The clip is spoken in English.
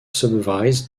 supervised